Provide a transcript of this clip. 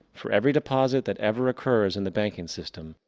for every deposit that ever occurs in the banking system,